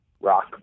rock